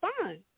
fine